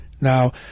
Now